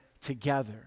together